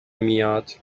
میاد